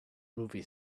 movie